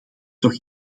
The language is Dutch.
toch